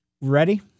Ready